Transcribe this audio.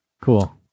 cool